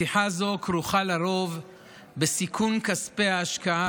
פתיחה זאת כרוכה לרוב בסיכון כספי ההשקעה